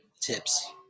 tips